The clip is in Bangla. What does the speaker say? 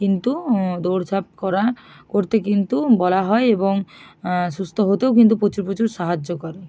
কিন্তু দৌড়ঝাঁপ করা করতে কিন্তু বলা হয় এবং সুস্থ হতেও কিন্তু প্রচুর প্রচুর সাহায্য করে